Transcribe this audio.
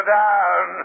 down